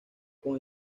con